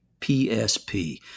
PSP